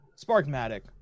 Sparkmatic